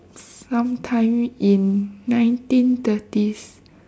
some time in nineteen thirties